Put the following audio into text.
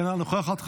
אינה נוכחת,